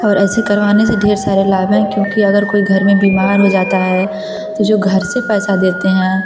और ऐसे करवाने से ढेर सारे लाभ है क्योंकि अगर कोई घर में बीमार हो जाता है तो जो घर से पैसा देते हैं